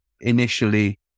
initially